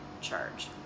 charge